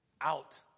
out